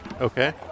Okay